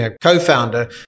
co-founder